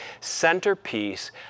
centerpiece